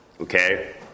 okay